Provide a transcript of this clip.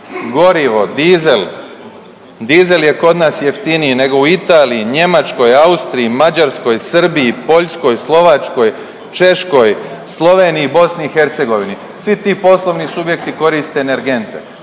Gorivo, dizel, dizel je kod nas jeftiniji nego u Italiji, Njemačkoj, Austriji, Mađarskoj, Srbiji, Poljskoj, Slovačkoj, Češkoj, Sloveniji, BiH. Svi ti poslovni subjekti koriste energente.